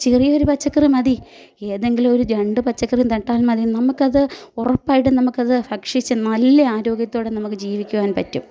ചെറിയൊരു പച്ചക്കറി മതി ഏതെങ്കിലു ഒരു രണ്ടു പച്ചക്കറി നട്ടാൽ മതി നമുക്കത് ഉറപ്പായിട്ടും നമുക്കത് ഭക്ഷിച്ച് നല്ല ആരോഗ്യത്തോടെ നമുക്ക് ജീവിക്കുവാൻ പറ്റും